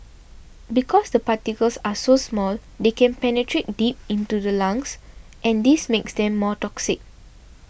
because the particles are so small they can penetrate deep into the lungs and this makes them more toxic